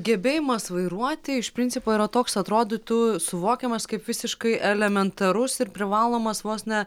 gebėjimas vairuoti iš principo yra toks atrodytų suvokiamas kaip visiškai elementarus ir privalomas vos ne